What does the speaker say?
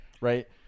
Right